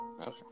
Okay